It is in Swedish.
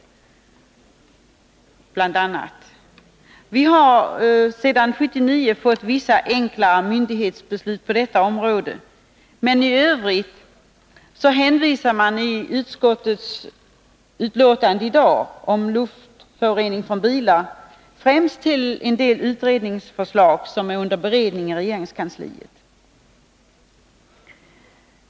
Vi har sedan 1979 fått vissa enklare myndighetsbeslut på detta område, men i övrigt hänvisas i utskottets betänkande i dag om luftföroreningar från bilar främst till en del utredningsförslag, som är under beredning i regeringskansliet.